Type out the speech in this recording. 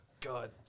God